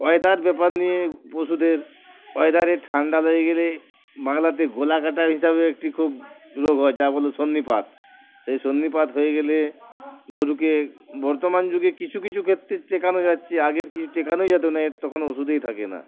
weather ব্যাপার নিয়ে পশুদের ওয়েদারে ঠান্ডা লেগে গেলে বাংলাতে গলা কাটা হিসাবে একটি খুব রোগ হয় যা বলো সর্নিপাত সেই সন্নিপাত হয়ে গেলে গরুকে বর্তমান যুগে কিছু কিছু ক্ষেত্রে টেকানো যাচ্ছে আগের কিছু টেকানোই যেত না এ তখন ওষুধেই থাকে না